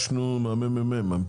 ביקשנו מה-מ.מ.מ (מרכז המחקר והמידע),